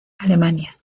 alemania